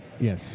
Yes